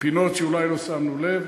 פינות שאולי לא שמנו לב,